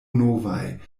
novaj